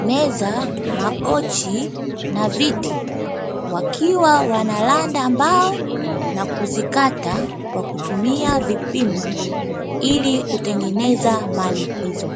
meza, makochi na viti; wakiwa wanaranda mbao na kuzikata kwa kutumia vipimo ili kutengeneza mali hizo.